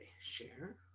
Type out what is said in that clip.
share